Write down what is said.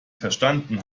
verstanden